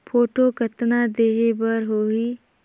Photo कतना देहें बर होहि?